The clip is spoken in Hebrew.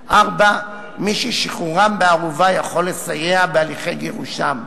4. מי ששחרורם בערובה יכול לסייע בהליכי גירושם,